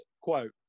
Quote